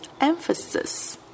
emphasis